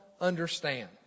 understand